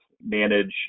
manage